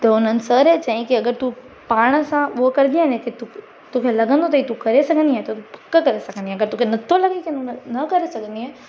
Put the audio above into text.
त उन्हनि सर ई चईं की अगरि तूं पाण सां उहो कंदी ए न की तोखे लॻंदो की तूं करे सघंदी आहें त तू पक करे सघंदी ऐं अगरि तोखे नथो लॻे त तूं न न करे सघंदी आहें